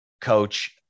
coach